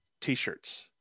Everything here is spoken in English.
t-shirts